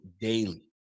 daily